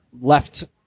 left